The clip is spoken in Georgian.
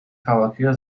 ქალაქია